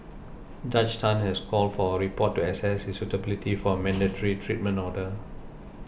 Judge Tan has called for a report to access his suitability for a mandatory treatment order